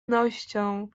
wnością